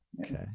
okay